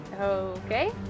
Okay